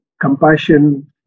compassion